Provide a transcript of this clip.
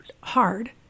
hard